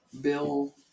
Bill